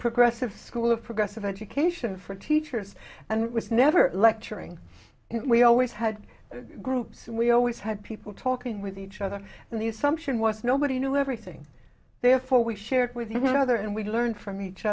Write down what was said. progressive school of progressive education for teachers and it was never lecturing we always had groups and we always had people talking with each other and the assumption was nobody knew everything therefore we share it with other and we learn from each